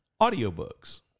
audiobooks